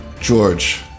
George